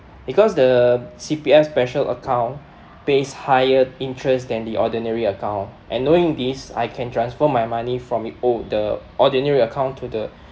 because the C_P_F special account pays higher interest than the ordinary account and knowing this I can transfer my money from oh the ordinary account to the